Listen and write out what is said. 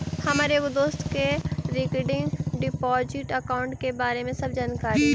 हमर एगो दोस्त के रिकरिंग डिपॉजिट अकाउंट के बारे में सब जानकारी हई